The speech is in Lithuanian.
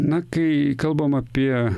na kai kalbam apie